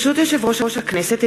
ברשות יושב-ראש הכנסת,